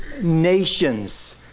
nations